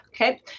Okay